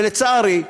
ולצערי,